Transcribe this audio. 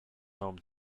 home